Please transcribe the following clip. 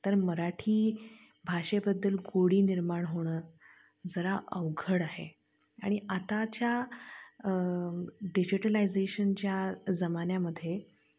तर मराठी भाषेबद्दल गोडी निर्माण होणं जरा अवघड आहे आणि आताच्या डिजिटलायजेशनच्या जमान्यामध्ये